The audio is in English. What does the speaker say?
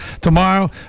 Tomorrow